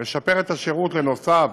לשפר את השירות לנוסעיו